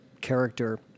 character